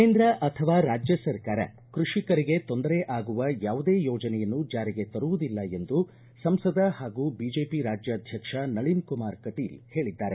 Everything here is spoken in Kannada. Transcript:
ಕೇಂದ್ರ ಅಥವಾ ರಾಜ್ಯ ಸರ್ಕಾರ ಕೃಷಿಕರಿಗೆ ತೊಂದರೆ ಆಗುವ ಯಾವುದೇ ಯೋಜನೆಯನ್ನು ಜಾರಿಗೆ ತರುವುದಿಲ್ಲ ಎಂದು ಸಂಸದ ಪಾಗೂ ಬಿಜೆಪಿ ರಾಜ್ಕಾಧ್ವಕ್ಷ ನಳಿನ್ ಕುಮಾರ್ ಕಟೀಲ್ ಹೇಳಿದ್ದಾರೆ